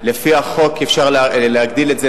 לפי החוק אפשר להגדיל את זה,